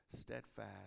steadfast